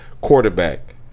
quarterback